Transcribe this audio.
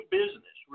business